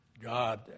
God